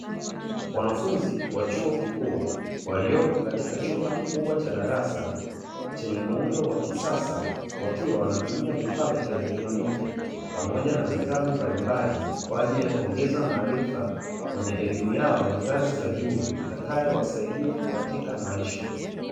Wanafunzi wa chuo kikuu waliopo katika chumba kikubwa cha darasa chenye muundo wa kisasa wakiwa wanatumia vifaa vya kielektroniki, pamoja na vitabu mbalimbali kwa ajili ya kuongeza maarifa kwenye elimu yao ya ngazi za juu itakayowasaidia katika maisha.